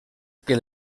que